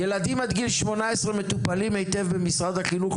ילדים עד גיל 18 מטופלים היטב במשרד החינוך,